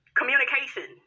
communication